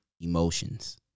emotions